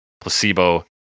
placebo